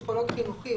פסיכולוג חינוכי,